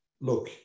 look